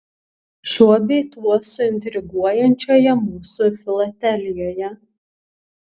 šiuo bei tuo suintriguojančioje mūsų filatelijoje